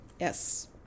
yes